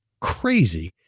crazy